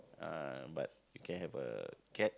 uh but can you have a cat